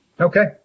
Okay